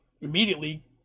immediately